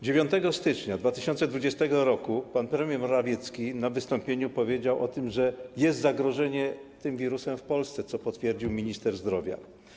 9 stycznia 2020 r. pan premier Morawiecki w czasie wystąpienia powiedział o tym, że jest zagrożenie tym wirusem w Polsce, co potwierdził minister zdrowia.